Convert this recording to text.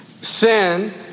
Sin